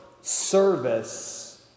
service